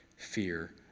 fear